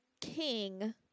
king